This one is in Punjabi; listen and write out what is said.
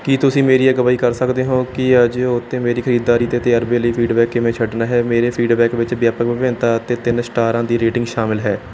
ਕੀ ਤੁਸੀਂ ਮੇਰੀ ਅਗਵਾਈ ਕਰ ਸਕਦੇ ਹੋ ਕਿ ਏਜੀਓ ਉੱਤੇ ਮੇਰੇ ਖਰੀਦਦਾਰੀ ਦੇ ਤਜਰਬੇ ਲਈ ਫੀਡਬੈਕ ਕਿਵੇਂ ਛੱਡਣਾ ਹੈ ਮੇਰੇ ਫੀਡਬੈਕ ਵਿੱਚ ਵਿਆਪਕ ਵਿਭਿੰਨਤਾ ਅਤੇ ਤਿੰਨ ਸਟਾਰਾਂ ਦੀ ਰੇਟਿੰਗ ਸ਼ਾਮਲ ਹੈ